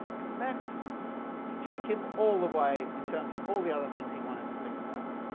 it's meant to take him all the way, in terms of all the other things he wanted to think about.